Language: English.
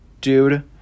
dude